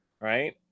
right